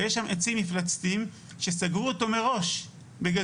כי יש שם עצים מפלצתיים שסגרו אותו מראש בגדר.